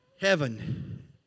heaven